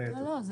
אבל